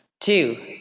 two